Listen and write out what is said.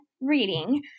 reading